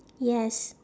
yes